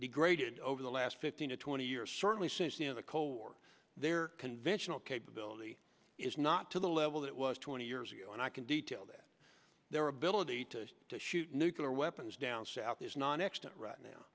degraded over the last fifteen to twenty years certainly since the in the cold war their conventional capability is not to the level that it was twenty years ago and i can detail that their ability to shoot nuclear weapons down south is non extant right